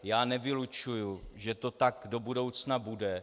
Já nevylučuji, že to tak do budoucna bude.